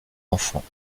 enfants